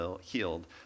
healed